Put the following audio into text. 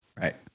right